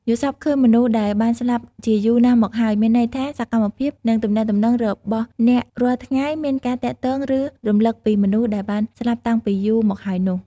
យល់សប្តិឃើញមនុស្សដែលបានស្លាប់ជាយូរណាស់មកហើយ មានន័យថា សកម្មភាព និងទំនាក់ទំនងរបស់អ្នករាល់ថ្ងៃ មានការទាក់ទងឬ រំលឹកពីមនុស្សដែលបាន ស្លាប់តាំងពីយូរមកហើយនោះ។